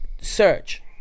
Search